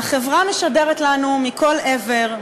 החברה משדרת לנו מכל עבר,